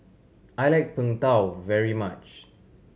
I like Png Tao very much